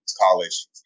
college